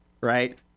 right